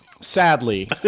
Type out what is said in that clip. sadly